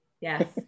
yes